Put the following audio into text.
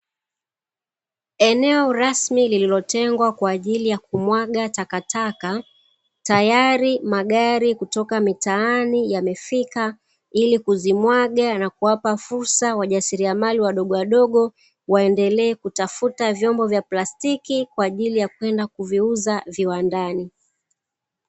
Eneo rasmi lililotengwa kwa ajili ya kumwaga takataka tayari magari kutoka mitaani yamefika ili kuzimwaga na kuwapa fursa wajasiriamali wadogo wadogo waendelee kutafuta vyombo vya plastiki kwa ajili ya kwenda kuviuza viwandani.